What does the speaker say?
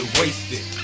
wasted